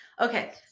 Okay